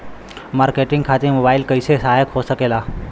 Marketing खातिर mobile कइसे सहायक हो सकेला?